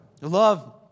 love